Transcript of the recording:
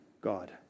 God